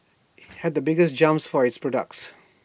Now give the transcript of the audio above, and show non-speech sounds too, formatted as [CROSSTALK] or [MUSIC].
[NOISE] had the biggest jumps for its products